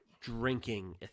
drinking